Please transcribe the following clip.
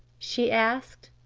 she asked.